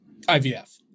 IVF